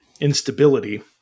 instability